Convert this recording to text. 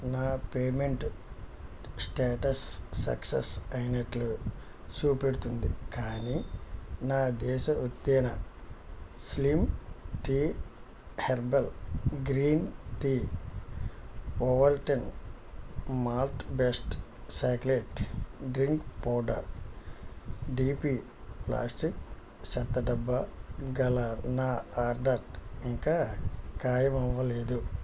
నా payment status success అయినట్టు చూపెడుతుంది కానీ నా desi Utthana slim tea herbal green tea Ovaltine malt based chocolate drink powder DP plastic చెత్తడబ్బా గల నా ఆర్డర్ ఇంకా ఖాయం అవ్వలేదు